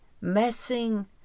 messing